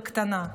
בקטנה.